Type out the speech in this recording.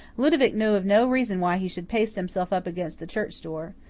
ludovic knew of no reason why he should paste himself up against the church door.